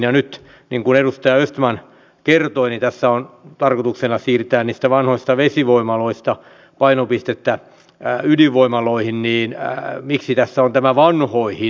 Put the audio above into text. ja kun nyt niin kuin edustaja östman kertoi tässä on tarkoituksena siirtää niistä vanhoista vesivoimaloista painopistettä ydinvoimaloihin niin miksi tässä on tämä vanhoihin